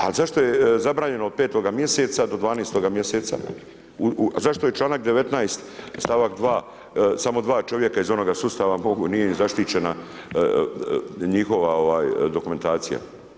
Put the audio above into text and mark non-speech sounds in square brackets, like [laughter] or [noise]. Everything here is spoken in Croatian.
Ali, zašto je zabranjeno od 5.mjeseca do 12. mjeseca, a zašto je članak 19. stavak 2 samo 2 čovjeka iz onoga sustava, … [unintelligible] nije zaštićena, njihova dokumentacija.